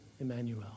Emmanuel